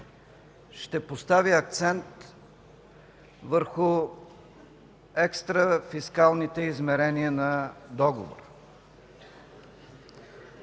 Ще поставя акцент върху екстрафискалните измерения на Договора.